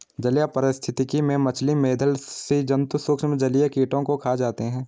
जलीय पारिस्थितिकी में मछली, मेधल स्सि जन्तु सूक्ष्म जलीय कीटों को खा जाते हैं